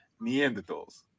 Neanderthals